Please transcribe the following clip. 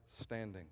standing